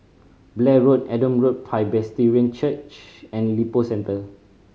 Blair Road Adam Road Presbyterian Church and Lippo Centre